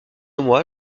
moi